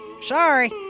Sorry